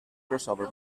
crossover